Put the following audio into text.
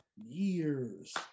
years